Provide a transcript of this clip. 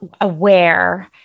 aware